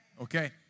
okay